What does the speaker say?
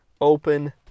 open